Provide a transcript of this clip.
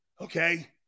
Okay